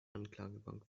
anklagebank